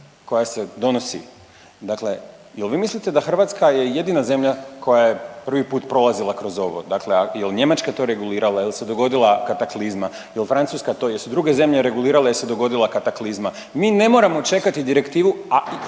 koja se donosi, dakle jel vi mislite da Hrvatska je jedina zemlja koja je prvi put prolazila kroz ovo? Dakle, jel Njemačka to regulirala, jel se dogodila kataklizma? Jel Francuska to, jesu druge zemlje regulirale jel se dogodila kataklizma? Mi ne moramo čekati direktivu,